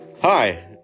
Hi